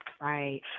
right